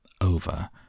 Over